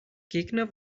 gegner